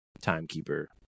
timekeeper